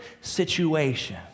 situation